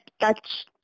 touch